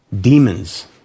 demons